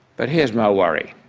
but here's my worry.